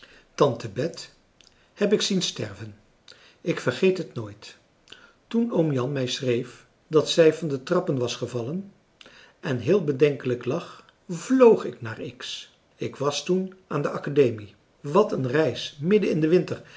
tante bet heb ik zien sterven ik vergeet het nooit toen oom jan mij schreef dat zij van de trappen was gevallen en heel bedenkelijk lag vloog ik naar x ik was toen aan de academie wat een reis midden in den winter